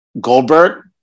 Goldberg